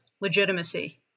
legitimacy